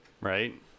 right